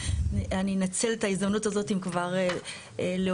אני אנצל את ההזדמנות הזאת אם כבר להודות